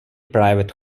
private